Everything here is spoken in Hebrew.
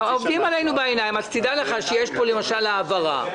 תדע לך שיש פה העברה לשכר דירה.